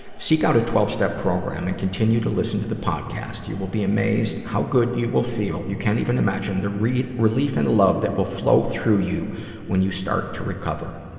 seek out a twelve step program and continue to listen to the podcast. you will be amazed how good you will feel. you can't even imagine the relief and love that will flow through you when you start to recover.